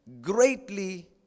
Greatly